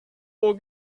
will